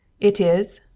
it is,